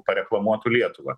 pareklamuotų lietuvą